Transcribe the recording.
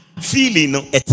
Feeling